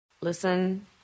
Listen